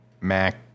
Mac